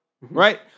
right